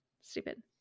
Stupid